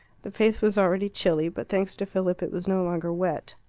the face was already chilly, but thanks to philip it was no longer wet.